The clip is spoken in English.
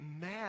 mad